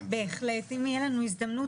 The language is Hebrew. החלט אם תהיה לנו הזדמנות,